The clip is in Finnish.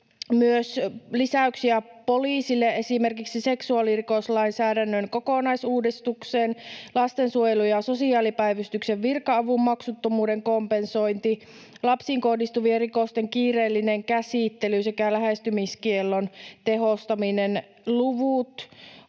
myös lisäyksiä poliisille, esimerkiksi seksuaalirikoslainsäädännön kokonaisuudistukseen, lastensuojelun ja sosiaalipäivystyksen virka-avun maksuttomuuden kompensointiin, lapsiin kohdistuvien rikosten kiireelliseen käsittely sekä lähestymiskiellon tehostamiseen. Luvut